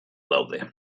daude